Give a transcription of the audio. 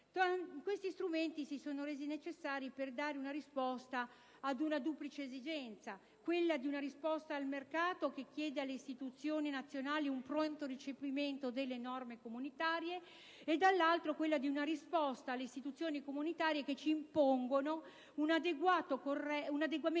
Questi strumenti si sono resi necessari per dare risposta a una duplice esigenza: quella di una risposta al mercato, che chiede alle istituzioni nazionali un pronto recepimento delle norme comunitarie e, dall'altra, quella di una risposta alle istituzioni comunitarie che ci impongono un adeguamento